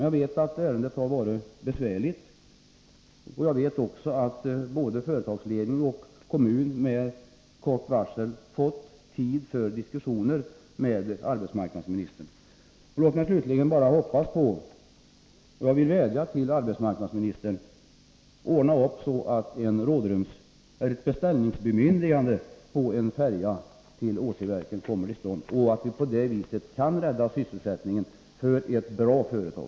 Jag vet att ärendet har varit besvärligt, och jag vet också att både företagsledning och kommun med kort varsel har fått tid för diskussioner med arbetsmarknadsministern. Jag vill slutligen vädja till arbetsmarknadsministern: Ordna så att ett bemyndigande att beställa en färja hos Åsiverken kommer till stånd, så att sysselsättningen på det sättet kan räddas för ett bra företag.